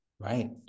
Right